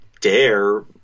dare